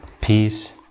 peace